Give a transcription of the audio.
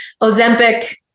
Ozempic